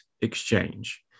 exchange